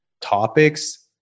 topics